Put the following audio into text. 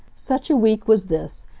such a week was this.